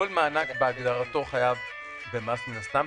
כל מענק בהגדרתו חייב במס מן הסתם.